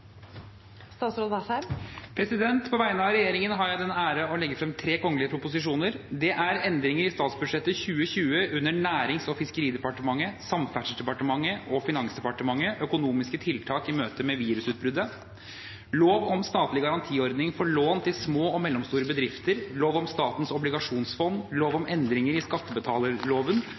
proposisjoner: om endringer i statsbudsjettet 2020 under Nærings- og fiskeridepartementet, Samferdselsdepartementet og Finansdepartementet (Prop. 57 S om lov om statlig garantiordning for lån til små og mellomstore bedrifter, lov om Statens obligasjonsfond, lov om endringer i